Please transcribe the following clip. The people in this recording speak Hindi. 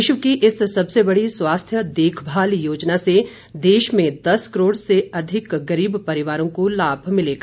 विश्व की इस सबसे बड़ी स्वास्थ्य देखभाल योजना से देश में दस करोड़ से अधिक गरीब परिवारों को लाभ मिलेगा